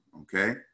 okay